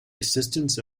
assistance